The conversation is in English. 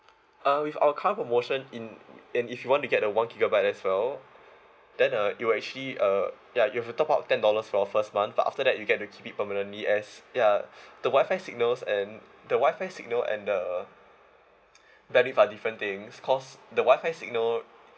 uh with our current promotion in and if you want to get the one gigabyte as well then uh it'll actually uh ya you have to top up ten dollars for the first month but after that you get the to keep it permanently as ya the wi-fi signals and the wi-fi signal and the uh bandwidth are different things cause the wi-fi signal